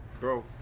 bro